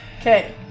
Okay